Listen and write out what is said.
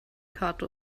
karte